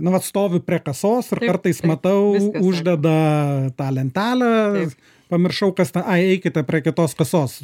nu vat stoviu prie kasos kartais matau uždeda tą lentelę pamiršau kas ta ai eikite prie kitos kasos